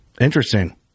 interesting